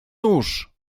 nóż